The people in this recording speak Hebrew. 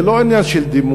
זה לא עניין של דימוי.